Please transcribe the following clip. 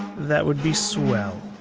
that would be swell.